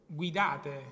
guidate